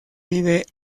pide